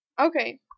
Okay